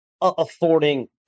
affording